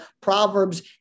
Proverbs